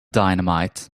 dynamite